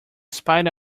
spite